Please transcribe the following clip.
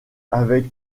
avec